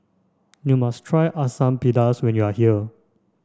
you must try Asam Pedas when you are here